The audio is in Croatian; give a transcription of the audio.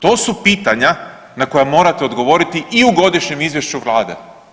To su pitanja na koja morate odgovoriti i u godišnjem izvješću Vlade.